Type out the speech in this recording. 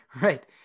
right